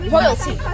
Royalty